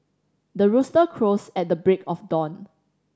the rooster crows at the break of dawn